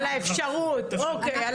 על האפשרות, אוקיי.